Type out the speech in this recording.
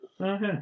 Okay